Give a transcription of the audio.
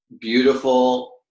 beautiful